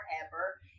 forever